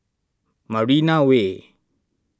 Marina Way